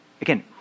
Again